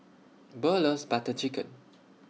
Burl loves Butter Chicken